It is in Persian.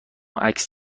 عکس